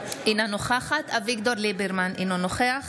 אינה נוכחת אביגדור ליברמן, אינו נוכח